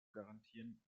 garantieren